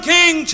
King